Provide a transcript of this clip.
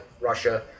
Russia